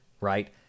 Right